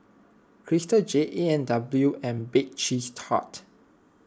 Crystal Jade A and W and Bake Cheese Tart